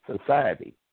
society